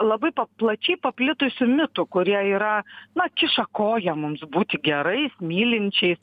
labai plačiai paplitusių mitų kurie yra na kiša koją mums būti gerais mylinčiais